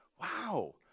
Wow